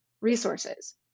resources